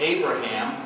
Abraham